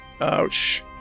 Ouch